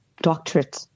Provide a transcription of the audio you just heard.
doctorate